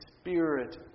Spirit